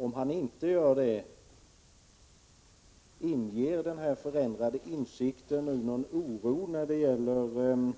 Om han inte gör det, inger denna förändrade insikt någon oro när det gäller